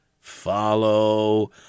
follow